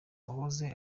uwahoze